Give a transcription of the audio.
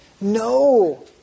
No